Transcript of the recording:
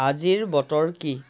আজিৰ বতৰ কি